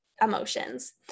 emotions